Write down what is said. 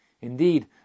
Indeed